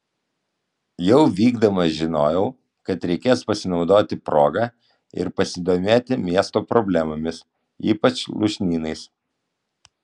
jau vykdama žinojau kad reikės pasinaudoti proga ir pasidomėti miesto problemomis ypač lūšnynais